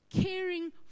caring